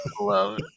love